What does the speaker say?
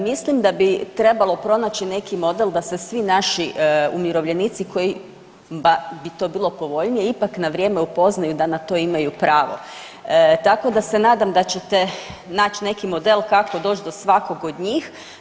Mislim da bi trebalo pronaći neki model da se svi naši umirovljenici kojima bi to bilo povoljnije ipak na vrijeme upoznaju da na to imaju pravo, tako da se nadam da ćete naći neki model kako doći do svakog od njih.